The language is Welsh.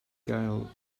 gael